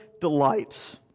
delights